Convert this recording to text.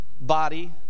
body